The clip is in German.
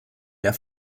der